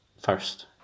first